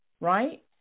right